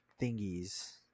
thingies